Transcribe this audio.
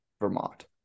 Vermont